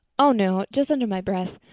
oh, no, just under my breath.